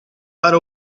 para